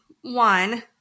one